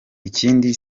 ikindi